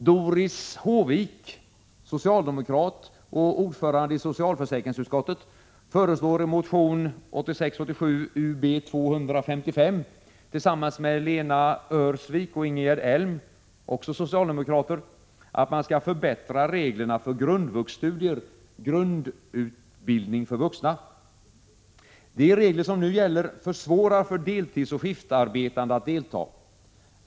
Doris Håvik — socialdemokrat och ordförande i socialförsäkringsutskottet — föreslår i motion 1986/87:Ub255 tillsammans med Lena Öhrsvik och Ingegerd Elm — också socialdemokrater — att man skall förbättra reglerna för grundvuxstudier, grundutbildning för vuxna. De regler som nu gäller försvårar för deltidsoch skiftarbetande att delta.